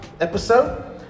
episode